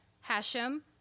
Hashem